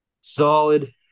solid